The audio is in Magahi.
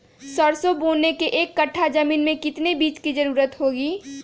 सरसो बोने के एक कट्ठा जमीन में कितने बीज की जरूरत होंगी?